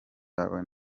yawe